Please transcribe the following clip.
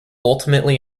ultimately